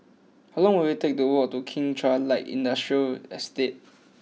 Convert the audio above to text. how long will it take to walk to Kim Chuan Light Industrial Estate